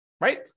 right